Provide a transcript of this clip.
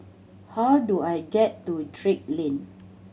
how do I get to Drake Lane